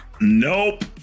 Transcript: Nope